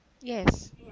yes